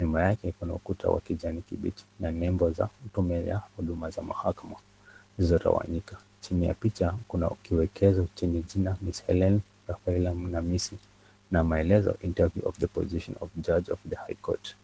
Nyuma yake kuna ukuta wa kijani kibichi na nembo za Tume ya Huduma ya Mahakama zimetawanyika. Chini ya picha kuna kiwekezo chenye jina Ms. Helene Rafaela Namisi na maelezo Interview for the position of Judge of the High Court .